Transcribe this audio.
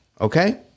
okay